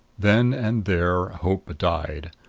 then and there hope died.